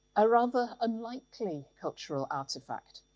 a rather unlikely cultural artefact,